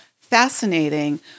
fascinating